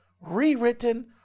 rewritten